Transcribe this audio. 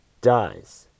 dies